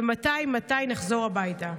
ומתי, מתי נחזור הביתה?